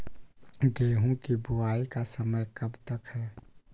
गेंहू की बुवाई का समय कब तक है?